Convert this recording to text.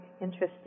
interesting